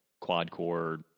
quad-core